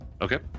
Okay